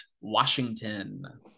Washington